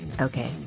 Okay